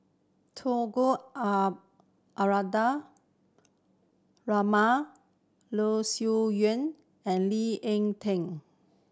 Tunku Abdul Rahman Loh Sin Yun and Lee Ek Tieng